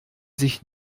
sich